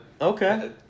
Okay